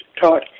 taught